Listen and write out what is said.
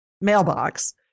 mailbox